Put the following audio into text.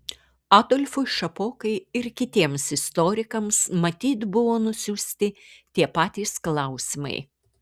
adolfui šapokai ir kitiems istorikams matyt buvo nusiųsti tie patys klausimai